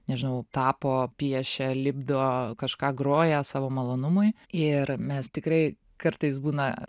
nežinau tapo piešia lipdo kažką groja savo malonumui ir mes tikrai kartais būna